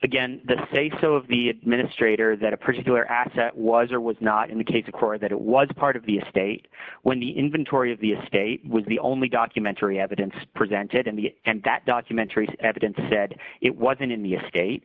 again the say so of the administrators that a particular asset was or was not in the case of course that it was part of the estate when the inventory of the estate was the only documentary evidence presented in the end that documentary evidence said it wasn't in the state